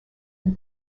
and